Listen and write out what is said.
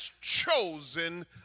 chosen